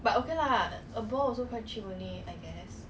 korfball